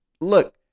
Look